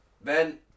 Ben